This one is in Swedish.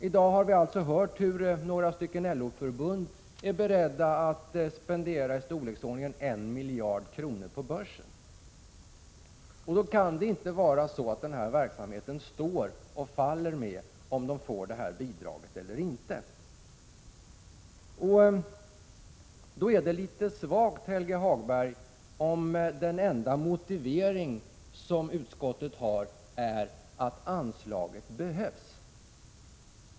I dag har vi hört hur några LO-förbund är beredda att spendera medel i storleksordningen 1 miljard kronor på börsen. Då kan det inte vara så att den här verksamheten står och faller med om man får detta bidrag eller inte. Det är litet svagt, Helge Hagberg, om den enda motivering som utskottet har är att anslaget behövs.